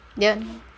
then